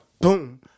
Boom